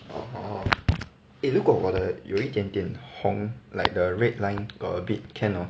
orh eh 如果我的有一点点红 like the red line got a bit can hor